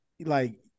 like-